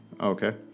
Okay